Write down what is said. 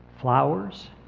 flowers